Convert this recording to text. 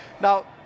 Now